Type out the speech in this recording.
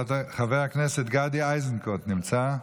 חבר הכנסת גדי איזנקוט, נמצא?